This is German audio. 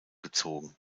gezogen